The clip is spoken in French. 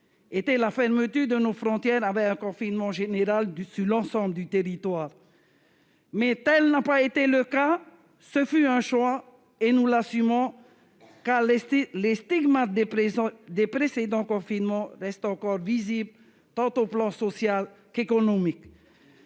était la fermeture de nos frontières, avec un confinement général sur l'ensemble du territoire. Mais tel ne fut pas notre choix, et nous l'assumons, car les stigmates des précédents confinements restent encore visibles, au plan tant social qu'économique.